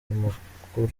mukuru